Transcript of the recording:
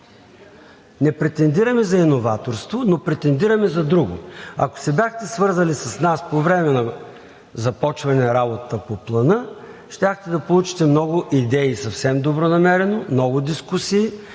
Не претендираме за иноваторство, но претендираме за друго. Ако се бяхте свързали с нас по време на започване работата по Плана, щяхте да получите много идеи, съвсем добронамерено, много дискусии